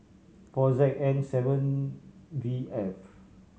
four Z N seven V F